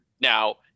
Now